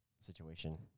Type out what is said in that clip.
situation